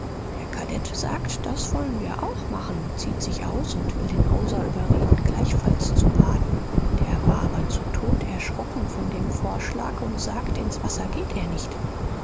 der kadett sagt das wollen wir auch machen zieht sich aus und will den hauser überreden gleichfalls zu baden der war aber zu tod erschrocken von dem vorschlag und sagt ins wasser geht er nicht